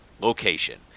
location